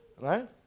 right